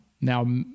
Now